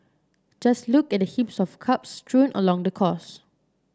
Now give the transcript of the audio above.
just look at the heaps of cups strewn along the course